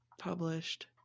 Published